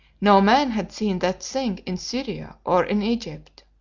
no man had seen that thing in syria or in egypt.